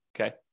okay